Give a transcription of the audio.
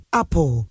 Apple